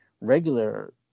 regular